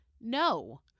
No